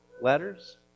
letters